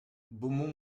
beaumont